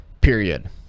period